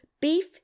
beef